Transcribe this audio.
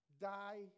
die